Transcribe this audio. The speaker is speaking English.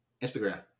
Instagram